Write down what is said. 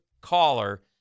caller